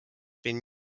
been